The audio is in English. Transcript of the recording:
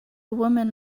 woman